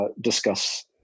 discuss